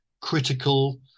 critical